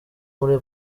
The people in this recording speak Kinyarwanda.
muri